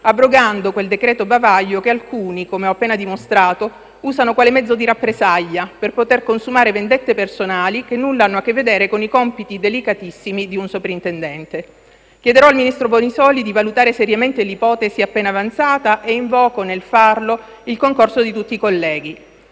abrogando quel cosiddetto decreto bavaglio che alcuni, come ho appena dimostrato, usano quale mezzo di rappresaglia per poter consumare vendette personali che nulla hanno a che vedere con i compiti delicatissimi di un soprintendente. Chiederò al ministro Bonisoli di valutare seriamente l'ipotesi appena avanzata e invoco, nel farlo, il concorso di tutti i colleghi.